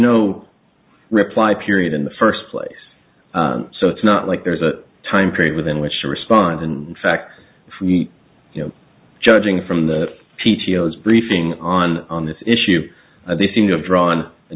no reply period in the first place so it's not like there's a time period within which to respond in fact you know judging from the p t o s briefing on on this issue they seem to have drawn a